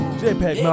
jpeg